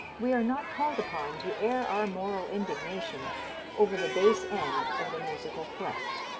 we are not called upon to air our moral indignation over the bass end of the musical clef.